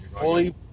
Fully